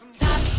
top